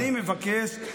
אני מבקש,